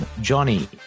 Johnny